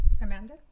Amanda